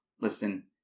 listen